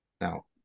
Now